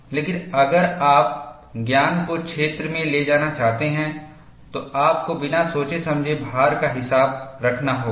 लेकिन अगर आप ज्ञान को क्षेत्र में ले जाना चाहते हैं तो आपको बिना सोचे समझे भार का हिसाब रखना होगा